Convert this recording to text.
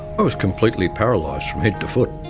but was completely paralysed from head to foot.